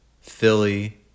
Philly